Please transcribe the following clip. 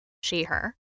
she/her